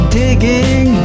digging